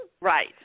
Right